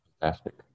Fantastic